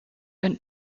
een